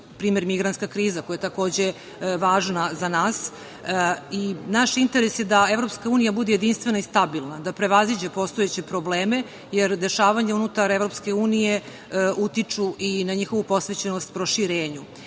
primer, migrantska kriza koja je takođe važna za nas. Naš interes je da EU bude jedinstvena i stabilna, da prevaziđe postojeće probleme, jer dešavanje unutar EU utiču i na njihovu posvećenost proširenju. Ono